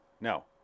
No